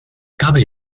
cabe